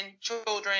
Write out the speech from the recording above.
children